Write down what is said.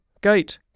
Gate